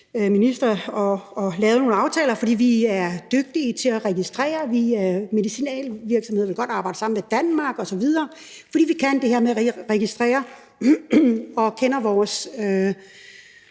og lavede nogle aftaler, nemlig fordi vi er dygtige til at registrere. Medicinalvirksomheder vil godt arbejde sammen med Danmark, fordi vi kan det her med at registrere, og fordi vi